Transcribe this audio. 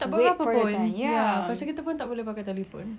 tak buat apa-apa pun ya pasal kita pun tak boleh pakai telephone